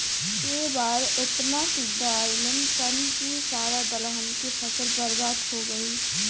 ए बार एतना टिड्डा अईलन सन की सारा दलहन के फसल बर्बाद हो गईल